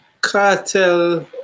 Cartel